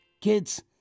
Kids